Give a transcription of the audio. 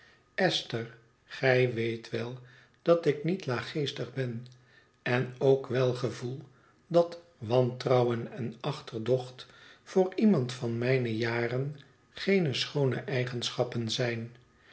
esther gij weet wel dat ik niet laaggeestig ben en ook wel gevoel dat wantrouwen en achterdocht voor iemand van mijne jaren geene schoone eigenschappen zijn